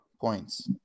points